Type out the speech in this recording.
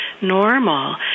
normal